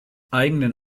eigenen